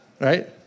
right